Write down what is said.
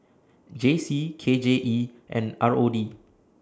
J C K J E and R O D